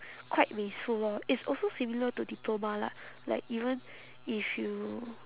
quite wasteful lor it's also similar to diploma lah like even if you